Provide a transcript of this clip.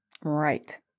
Right